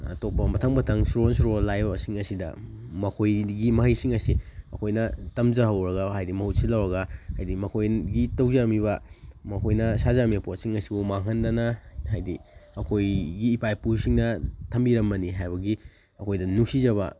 ꯑꯇꯣꯞꯄ ꯃꯊꯪ ꯃꯊꯪ ꯁꯨꯔꯣꯟ ꯁꯨꯔꯣꯟ ꯂꯥꯛꯏꯕꯁꯤꯡ ꯑꯁꯤꯗ ꯃꯈꯣꯏꯗꯒꯤ ꯃꯍꯩꯁꯤꯡ ꯑꯁꯤ ꯑꯩꯈꯣꯏꯅ ꯇꯝꯖꯍꯧꯔꯒ ꯍꯥꯏꯗꯤ ꯃꯍꯨꯠ ꯁꯤꯜꯍꯧꯔꯒ ꯍꯥꯏꯗꯤ ꯃꯈꯣꯏꯒꯤ ꯇꯧꯖꯔꯝꯂꯤꯕ ꯃꯈꯣꯏꯅ ꯁꯥꯖꯔꯝꯂꯤꯕ ꯄꯣꯠꯁꯤꯡ ꯑꯁꯤꯕꯨ ꯃꯥꯡꯍꯟꯗꯅ ꯍꯥꯏꯗꯤ ꯑꯩꯈꯣꯏꯒꯤ ꯏꯄꯥ ꯏꯄꯨꯁꯤꯡꯅ ꯊꯝꯕꯤꯔꯝꯕꯅꯤ ꯍꯥꯏꯕꯒꯤ ꯑꯩꯈꯣꯏꯗ ꯅꯨꯡꯁꯤꯖꯕ